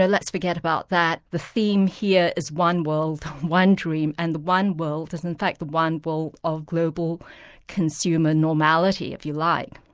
yeah let's forget about that. the theme here is one world, one dream, and the one world is, in fact, the one world of global consumer normality if you like.